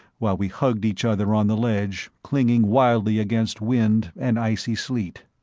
while we hugged each other on the ledge, clinging wildly against wind and icy sleet.